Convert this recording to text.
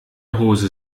hose